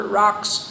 rocks